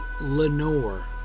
Lenore